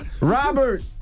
Robert